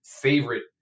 favorite